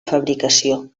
fabricació